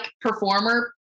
performer